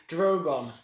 Drogon